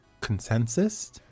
consensus